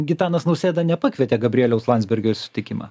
gitanas nausėda nepakvietė gabrieliaus landsbergio į sutikimą